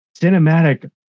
cinematic